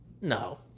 No